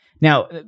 Now